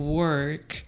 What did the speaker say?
work